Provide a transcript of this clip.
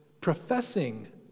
professing